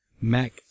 Mac